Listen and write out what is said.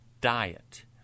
diet